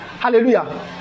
Hallelujah